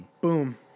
boom